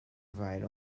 provide